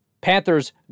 Panthers